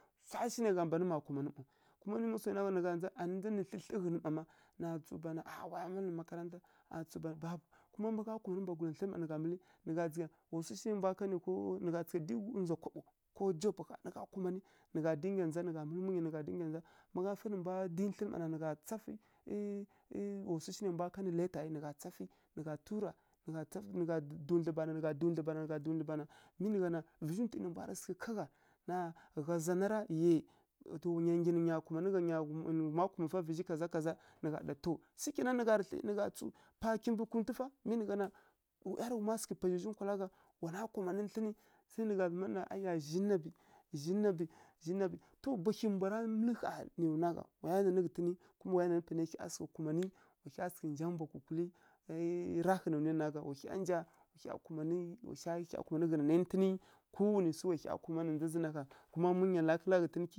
Swa shi nai gha mban ma kumanǝ maw, nǝ gha ndza anǝ ndza nǝ thlǝthlǝ ghǝn mma ma nǝ gha tsǝw bana a wa ya mǝlǝ makaranta a tsǝw bana babu kuma ma gha kumanǝ mbwagula thǝnǝ ma nǝ gha mǝlǝ nǝ gha ndzǝgha wa swu shu nai mbwa kanǝ ko ndzwa nǝ gha tsǝw dǝyi ndzwa kaɓo ko jopǝ ƙha ma gha kumanǝ nǝ gha dinga ndza nǝ mǝlǝ munya nǝ gha dinga ndza. Má gha fa nǝ mbwa dǝyi thlǝn ma na nǝ gha tsafǝ wa swu shi nai mbwa kanǝ lata ˈyi nǝ gha tsafǝ, nǝ gha tura, nǝ gha dundlǝ bana nǝ gha dundlǝ bana, mi nǝ gha na nǝ mbwara sǝghǝ ka ghá gha zana ra yai wa nya nggyi nǝ nya kumanǝ gha nǝ ghuma kuma fa vǝzhi kaza kaza to pa kimbǝ kuntǝ fa mi nǝ gha na wa ˈyarǝghum pazhai zhi nkwala gha wana kumanǝ thlǝnǝ gwi nǝ gha zǝma ɗana zhi na ɓǝ zhi na ɓǝ zhi na ɓǝ to mbahyi mbwara mǝlǝ ƙha nǝya nwa gha waya naǝ ghǝtǝnǝ kuma waya naǝ panai hya sǝghǝ kumanǝ wa hya sǝghǝ nja mbwa kukulǝ ra ghǝi na nu yan na gha wa hya nja wa hya kumanǝ ghǝnanantǝnǝ kowanai swi wa hya kumanǝ na ndza zǝn na ƙha kuma munyalǝ ra kǝla ghǝtǝn.